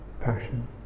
passion